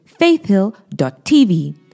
faithhill.tv